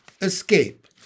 escape